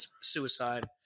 suicide